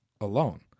alone